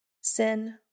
Sin